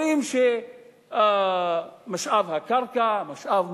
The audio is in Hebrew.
אומרים שמשאב הקרקע משאב מוגבל.